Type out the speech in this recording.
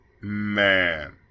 man